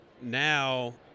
now